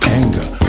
anger